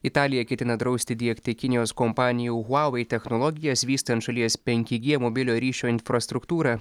italija ketina drausti diegti kinijos kompanijų huawei technologijas vystant šalies penki g mobilio ryšio infrastruktūrą